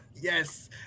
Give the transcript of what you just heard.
Yes